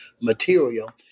material